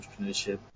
entrepreneurship